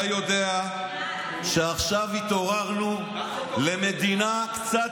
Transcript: אתה יודע שעכשיו התעוררנו למדינה קצת